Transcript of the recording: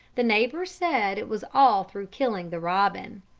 the neighbours said it was all through killing the robin